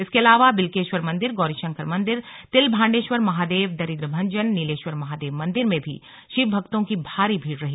इसके अलावा बिल्केश्वर मंदिर गौरी शंकर मंदिर तिलभाण्डेश्वर महादेव दरिद्र भंजन नीलेश्वर महादेव मंदिर में भी शिवभक्तों की भारी भीड़ रही